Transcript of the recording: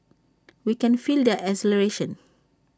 we can feel their exhilaration